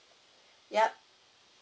yup